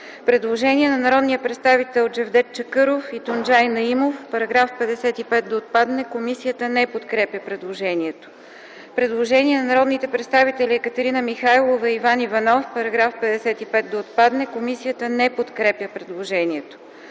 Предложение от народните представители Джевдет Чакъров и Тунджай Наимов -§ 55 да отпадне. Комисията не подкрепя предложението. Предложение от народните представители Екатерина Михайлова и Иван Иванов -§ 55 да отпадне. Комисията не подкрепя предложението.